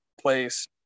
place